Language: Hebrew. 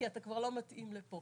כי אתה כבר לא מתאים לפה.